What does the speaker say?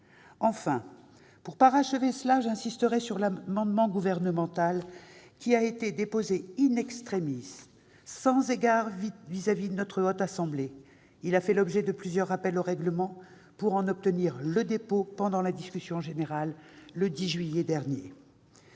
Enfin, pour parachever cela, j'insisterai sur l'amendement gouvernemental, qui a été déposé et sans égard pour notre Haute Assemblée. Il a fait l'objet de plusieurs rappels au règlement pour en obtenir le dépôt pendant la discussion générale le 10 juillet dernier.